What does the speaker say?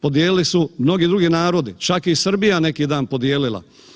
Podijelili su mnogi drugi narodi, čak i Srbija neki dan podijelila.